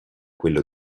quello